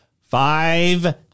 five